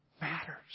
matters